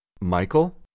Michael